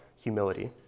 humility